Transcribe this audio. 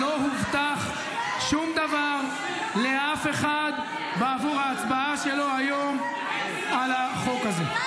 לא הובטח שום דבר לאף אחד בעבור ההצבעה שלו היום על החוק הזה.